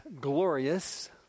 glorious